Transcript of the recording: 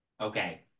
Okay